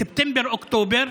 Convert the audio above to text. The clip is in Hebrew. בספטמבר-אוקטובר,